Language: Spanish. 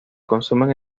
consumen